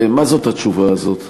מה זאת התשובה הזאת?